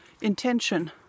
intention